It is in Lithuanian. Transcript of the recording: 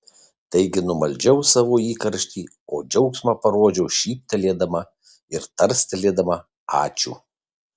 taigi numaldžiau savo įkarštį o džiaugsmą parodžiau šyptelėdama ir tarstelėdama ačiū